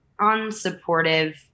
unsupportive